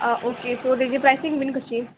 आ okay so तेजी pricing बीन कशी